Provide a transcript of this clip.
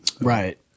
Right